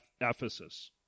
Ephesus